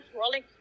rolling